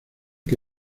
que